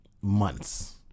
months